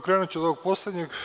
Krenuću od ovog poslednjeg.